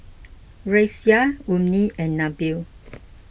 Raisya Ummi and Nabil